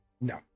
No